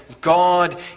God